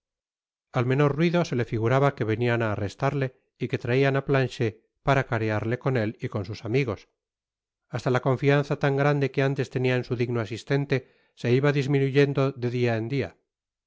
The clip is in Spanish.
al menor ruido se le figuraba que venian á arrestarle y que traian á planchet para carearle con él y con sus amigos hasta la confianza tan grande que antes tenia en su digno asistente se iba disminuyendo de dia en dia el